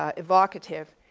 ah evocative.